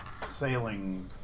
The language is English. sailing